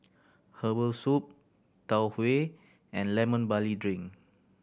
herbal soup Tau Huay and Lemon Barley Drink